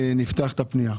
ונפתח את הפנייה.